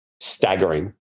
staggering